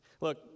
Look